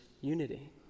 unity